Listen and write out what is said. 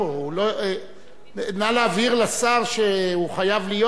נא להבהיר לשר שהוא חייב להיות פה,